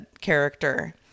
character